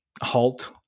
halt